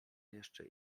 jeszcze